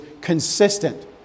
consistent